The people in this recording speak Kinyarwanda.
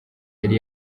yari